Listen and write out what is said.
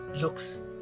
looks